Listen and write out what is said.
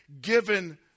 given